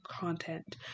content